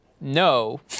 no